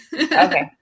Okay